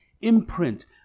imprint